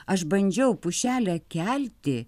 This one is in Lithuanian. aš bandžiau pušelę kelti